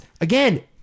again